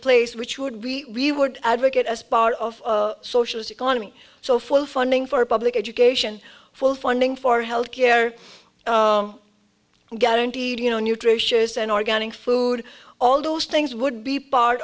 place which would we would advocate as part of the socialist economy so full funding for public education full funding for health care guaranteed you know nutritious and organic food all those things would be part